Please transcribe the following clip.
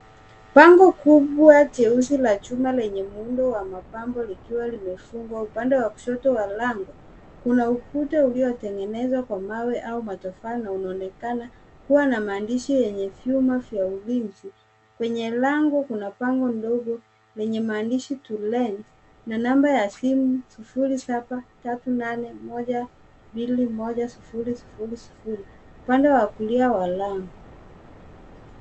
Bango kubwa jeusi la chuma lenye muundo wa mabango likiwa kimefungwa upande wa kushoto wa lami. bkuna ukuta uliotengezwa kwa mawe au matofali na unaonekana kuwa na maandishi ya vyuma vya ulinzi.